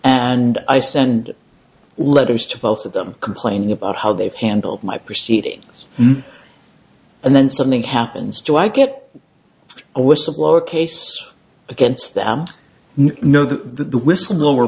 and i send letters to both of them complaining about how they've handled my proceedings and then something happens to i get a whistleblower case against them know that the whistleblower